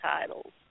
titles